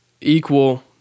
equal